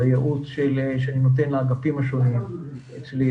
וייעוץ שאני נותן לאגפים השונים אצלי.